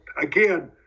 again